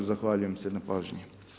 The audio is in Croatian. Zahvaljujem se na pažnji.